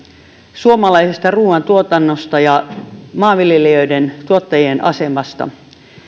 suomalaisesta ruuantuotannosta ja maanviljelijöiden tuottajien asemasta